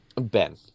Ben